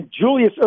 Julius